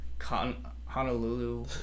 Honolulu